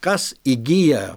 kas įgyja